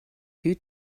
due